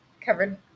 covered